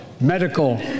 medical